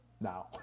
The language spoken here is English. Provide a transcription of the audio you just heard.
now